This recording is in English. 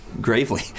gravely